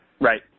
Right